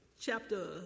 chapter